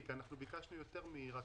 זה לא מספיק, ביקשנו יותר.